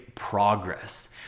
progress